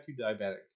diabetic